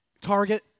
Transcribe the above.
Target